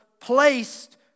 placed